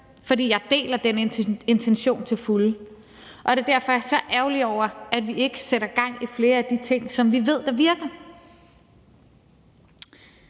fordi jeg deler den intention til fulde, og det er derfor, jeg er så ærgerlig over, at vi ikke sætter gang i flere af de ting, som vi ved virker.